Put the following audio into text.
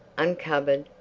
uncovered.